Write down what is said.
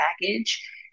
package